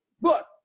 look